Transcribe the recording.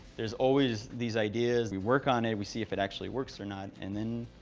there's always these ideas. we work on it. we see if it actually works or not, and then